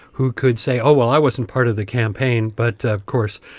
who could say oh, well, i wasn't part of the campaign, but of course,